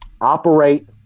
operate